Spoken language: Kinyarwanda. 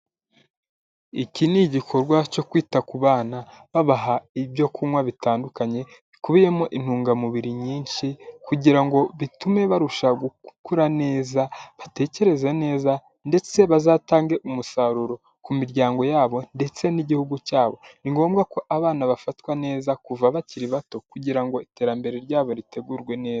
Iki ni igikorwa cyo kwita ku bana babaha ibyo kunywa bitandukanye, bikubiyemo intungamubiri nyinshi, kugira ngo bitume barushaho gukura neza, batekereze neza ndetse bazatange umusaruro ku miryango yabo ndetse n'igihugu cyabo, ni ngombwa ko abana bafatwa neza, kuva bakiri bato kugira ngo iterambere ryabo ritegurwe neza.